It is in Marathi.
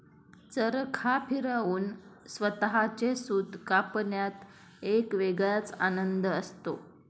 चरखा फिरवून स्वतःचे सूत कापण्यात एक वेगळाच आनंद असतो